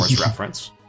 reference